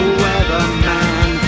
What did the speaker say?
weatherman